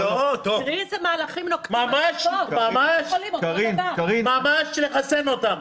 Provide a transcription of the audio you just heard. תראי איזה מהלכים נוקטים --- ממש לחסן אותם.